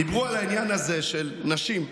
דיברו על העניין הזה של נשים,